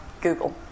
Google